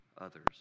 others